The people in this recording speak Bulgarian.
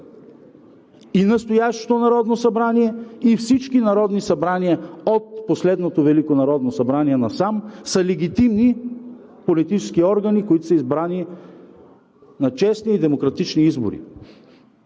И настоящото Народно събрание, и всички народни събрания от последното Велико народно събрание насам са легитимни политически органи, които са избрани на честни и демократични избори.